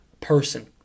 person